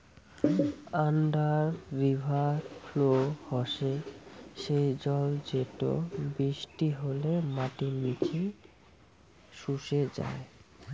under river flow হসে সেই জল যেটো বৃষ্টি হলে মাটির নিচে শুষে যাই